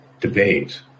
debate